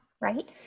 Right